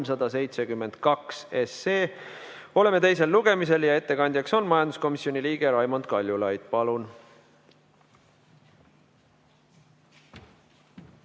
372. Oleme teisel lugemisel ja ettekandjaks on majanduskomisjoni liige Raimond Kaljulaid. Palun!